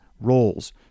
roles